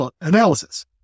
analysis